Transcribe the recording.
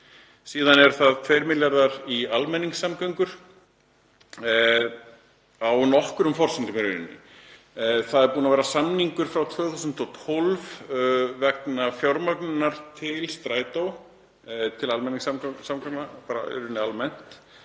Síðan eru það 2 milljarðar í almenningssamgöngur á nokkrum forsendum í rauninni. Það er búinn að vera samningur frá 2012 vegna fjármögnunar til Strætó, til almenningssamgangna almennt,